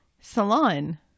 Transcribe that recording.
salon